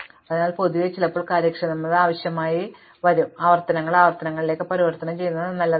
അതിനാൽ പൊതുവേ ചിലപ്പോൾ കാര്യക്ഷമത ആവശ്യങ്ങൾക്കായി ആവർത്തനത്തെ ആവർത്തനത്തിലേക്ക് പരിവർത്തനം ചെയ്യുന്നത് നല്ലതാണ്